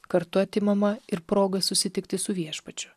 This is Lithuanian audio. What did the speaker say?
kartu atimama ir proga susitikti su viešpačiu